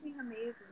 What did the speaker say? amazing